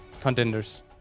contenders